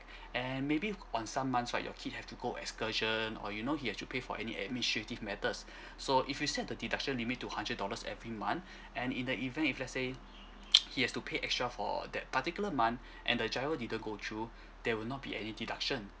and maybe on some months right your kid have to go excursion or you know he have to pay for any administrative matters so if you set the deduction limit two hundred dollars every month and in the event if let's say he has to pay extra for that particular month and the GIRO didn't go through there will not be any deduction